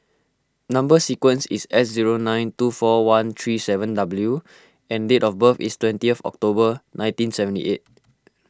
Number Sequence is S zero nine two four one three seven W and date of birth is twentieth October nineteen seventy eight